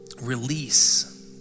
release